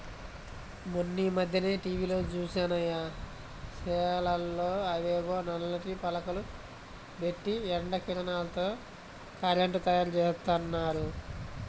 మొన్నీమధ్యనే టీవీలో జూశానయ్య, చేలల్లో అవేవో నల్లటి పలకలు బెట్టి ఎండ కిరణాలతో కరెంటు తయ్యారుజేత్తన్నారు